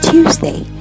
Tuesday